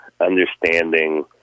understanding